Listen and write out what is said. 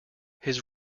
his